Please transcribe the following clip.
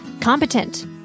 Competent